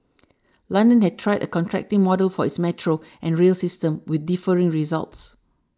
London has tried a contracting model for its metro and rail system with differing results